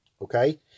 okay